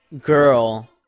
girl